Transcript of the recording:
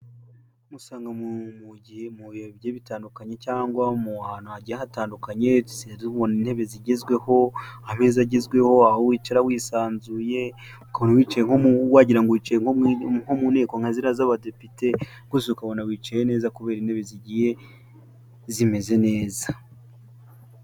Musanga mu gihe mu bihe bigiye bitandukanye cyangwa mu hantu hagiye hatandukanye dusigaye tubona intebe zigezweho, ameza agezweho, aho wicara wisanzuye, ukabona wagira ngo wicaye no mu nteko nkaziriya z'abadepite, rwose ukabona wicaye neza kubera intebe zigiye zimeze neza.